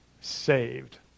saved